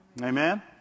Amen